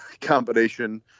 combination